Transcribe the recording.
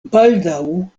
baldaŭ